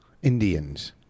Indians